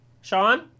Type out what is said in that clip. Sean